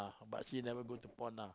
but she never go to pawn ah